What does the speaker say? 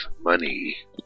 money